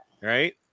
right